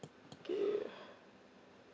okay